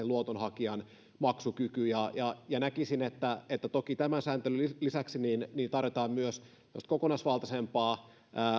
luotonhakijan todellinen maksukyky näkisin että että toki tämän sääntelyn lisäksi tarvitaan myös kokonaisvaltaisempaa